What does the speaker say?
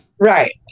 right